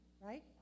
right